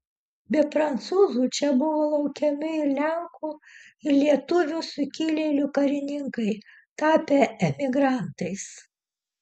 be prancūzų čia buvo laukiami ir lenkų ir lietuvių sukilėlių karininkai tapę emigrantais